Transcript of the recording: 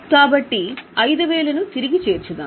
కాబట్టి 5000 ను తిరిగి చేర్చుతాము